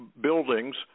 buildings